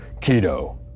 Keto